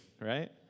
right